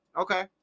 Okay